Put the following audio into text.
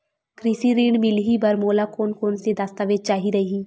कृषि ऋण मिलही बर मोला कोन कोन स दस्तावेज चाही रही?